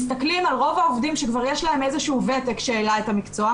מסתכלים על רוב העובדים שכבר יש להם איזשהו ותק שהעלה את המקצוע,